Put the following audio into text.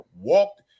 walked